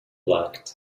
blocked